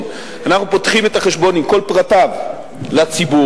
אנחנו פותחים את החשבון עם כל פרטיו לציבור,